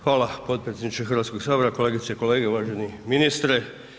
Hvala potpredsjedniče Hrvatskoga sabora, kolegice i kolege, uvaženi ministre.